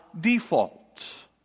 default